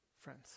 friends